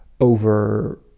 over